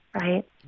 right